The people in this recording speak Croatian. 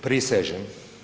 Prisežem.